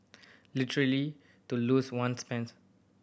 literally to lose one's pants